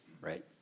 Right